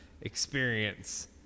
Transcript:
experience